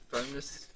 Firmness